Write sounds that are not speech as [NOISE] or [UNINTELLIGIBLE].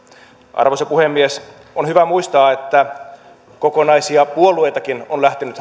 arvoisa puhemies on hyvä muistaa että kokonaisia puolueitakin on lähtenyt [UNINTELLIGIBLE]